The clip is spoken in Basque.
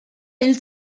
hil